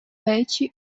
péči